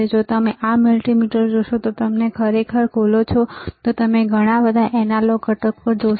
જો તમે આ મલ્ટિમીટર જોશો તો જો તમે તેને ખરેખર ખોલો છો તો તેમાં ઘણા બધા એનાલોગ ઘટકો છે